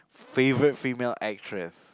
favourite female actress